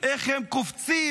איך הם קופצים.